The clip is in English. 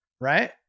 right